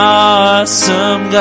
awesome